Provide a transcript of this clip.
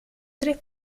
tres